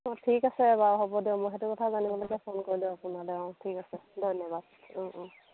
অঁ ঠিক আছে বাৰু হ'ব দিয়ক মই সেইটো কথা জানিবলৈকে ফোন কৰিলো আপোনালৈ অঁ ঠিক আছে ধন্যবাদ অঁ অঁ